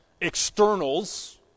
externals